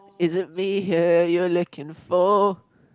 is it me here you looking for